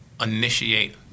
initiate